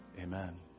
Amen